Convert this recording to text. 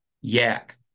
yak